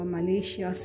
Malaysia